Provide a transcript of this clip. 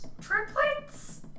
Triplets